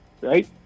right